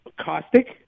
caustic